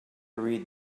read